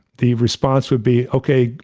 the response would be okay,